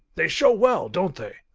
they show well, don't they?